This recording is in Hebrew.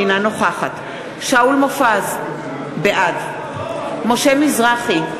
אינה נוכחת שאול מופז, בעד משה מזרחי,